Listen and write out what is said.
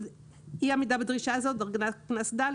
אי עמידה בדרישה הזאת, דרגת קנס ד'.